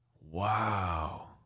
Wow